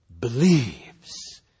believes